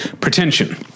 pretension